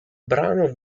brano